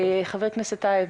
חה"כ טייב.